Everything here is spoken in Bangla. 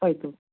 তাই তো